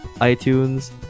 iTunes